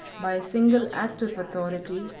by a single act of authority,